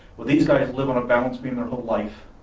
well these guys live on a balance beam their whole life.